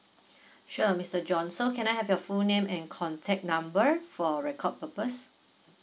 sure mister john so can I have your full name and contact number for record purpose